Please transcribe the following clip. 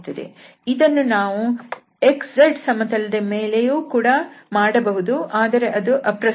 ಇದನ್ನು ನಾವು xz ಸಮತಲದ ಮೇಲೆಯೂ ಕೂಡ ಮಾಡಬಹುದು ಆದರೆ ಅದು ಅಪ್ರಸ್ತುತ